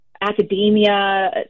academia